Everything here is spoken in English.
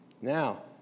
Now